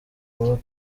ubu